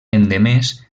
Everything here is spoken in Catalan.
endemés